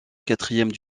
quatrième